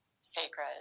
sacred